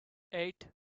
eight